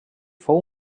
fou